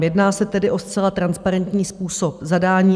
Jedná se tedy o zcela transparentní způsob zadání.